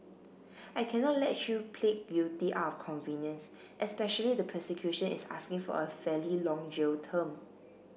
I cannot let you plead guilty out of convenience especially the prosecution is asking for a fairly long jail term